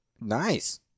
Nice